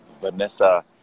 vanessa